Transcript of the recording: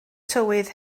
tywydd